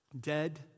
Dead